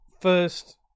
first